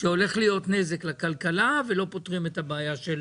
שהולך להיות נזק לכלכלה ולא פותרים את הבעיה של